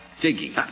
Digging